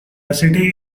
city